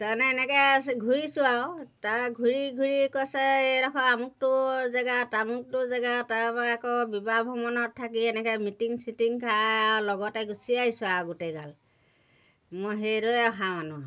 তাৰমানে এনেকৈ ঘূৰিছোঁ আৰু তাৰ ঘূৰি ঘূৰি কৈছে এইডোখৰ আমুকটো জেগা তামুকটো জেগাত তাৰপৰা আকৌ বিবাহ ভৱনত থাকি এনেকৈ মিটিং চিটিং খাই আৰু লগতে গুচি আহিছোঁ আৰু গোটেইগাল মই সেইদৰে অহা মানুহ আৰু